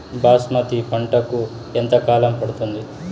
బాస్మతి పంటకు ఎంత కాలం పడుతుంది?